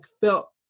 felt